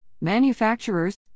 manufacturers